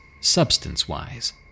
substance-wise